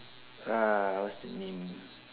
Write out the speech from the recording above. uh what's the name